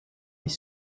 les